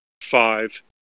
five